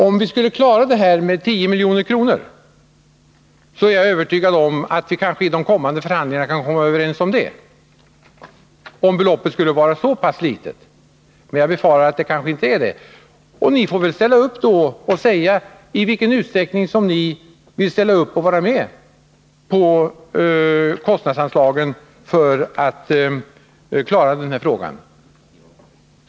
Om det skulle räcka med 10 miljoner — om beloppet skulle vara så pass litet, men jag befarar att det inte är det — tror jag att vi i de kommande förhandlingarna kan komma överens. Ni får väl då tala om i vilken utsträckning ni vill ställa upp och vara med om anslagen för att klara den här frågan.